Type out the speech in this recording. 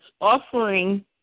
Offering